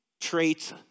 traits